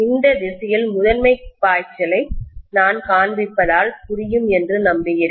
இந்த திசையில் முதன்மை பாய்ச்சலை நான் காண்பிப்பதால் புரியும் என்று நம்புகிறேன்